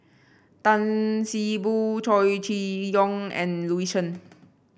Tan See Boo Chow Chee Yong and Louis Chen